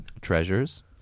Treasures